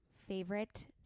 favorite